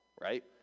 right